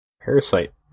Parasite